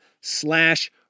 slash